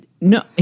no